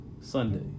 Sunday